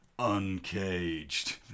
uncaged